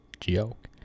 joke